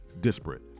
disparate